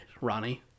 Ronnie